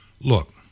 Look